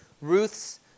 Ruth's